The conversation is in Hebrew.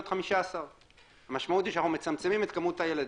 15. המשמעות היא שאנחנו מצמצמים את כמות הילדים.